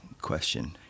question